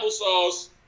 applesauce